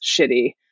shitty